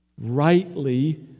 rightly